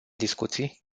discuții